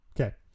Okay